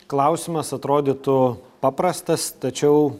klausimas atrodytų paprastas tačiau